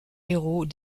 héros